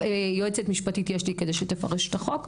יועצת משפטית יש לי כדי שתפרש את החוק.